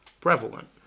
prevalent